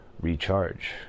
recharge